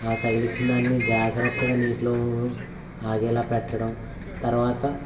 ఆ తగిలించిన దాన్ని జాగ్రత్తగా నీటిలో ఆగేలాగా పెట్టడం తరవాత